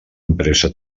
empresa